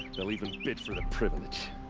they'll even bid for the privilege.